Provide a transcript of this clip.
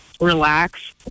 relax